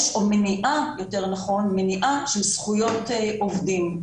או יותר נכון מניעה של זכויות עובדים.